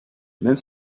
même